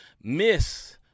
Miss